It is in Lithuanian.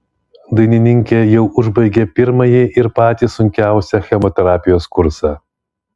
dainininkė jau užbaigė pirmąjį ir patį sunkiausią chemoterapijos kursą